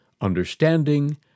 understanding